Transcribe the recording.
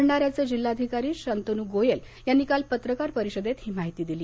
भंडाऱ्याचे जिल्हाधिकारी शांतनू गोयल यांनी काल पत्रकार परिषदेत ही माहिती दिली